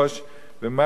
במה שכתוב: